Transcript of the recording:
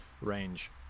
range